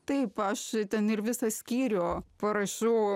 taip aš ten ir visą skyrių parašiau